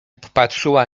popatrzyła